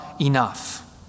enough